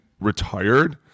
retired